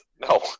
No